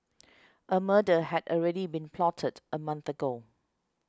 a murder had already been plotted a month ago